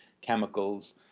chemicals